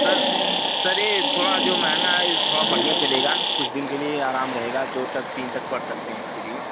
sir sir ये थोड़ा जो महंगा है ये थोड़ा बढ़ियाँ चलेगा कुछ दिन के लिए आराम रहेगा दो तक तीन तक पढ़ सकते हैं इसके लिए